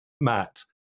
Matt